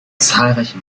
zahlreiche